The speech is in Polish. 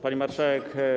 Pani Marszałek!